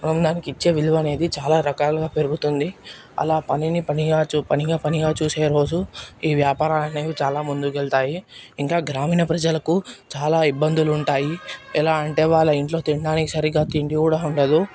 మనం దానికి ఇచ్చే విలువ అనేది చాలా రకాలుగా పెరుగుతుంది అలా పనిని పనిగా చూ పనిని పనిగా చూసే రోజు ఈ వ్యాపారాలు అనేవి చాలా ముందుకెళ్తాయి ఇంకా గ్రామీణ ప్రజలకు చాలా ఇబ్బందులుంటాయి ఎలా అంటే వాళ్ళ ఇంట్లో తినడానికి సరిగ్గా తిండి కూడా ఉండదు